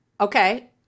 okay